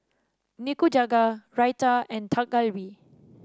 Nikujaga Raita and Dak Galbi